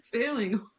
failing